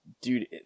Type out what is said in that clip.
dude